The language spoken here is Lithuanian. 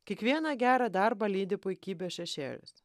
kiekvieną gerą darbą lydi puikybės šešėlis